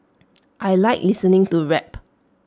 I Like listening to rap